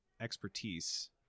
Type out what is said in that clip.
expertise